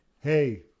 hey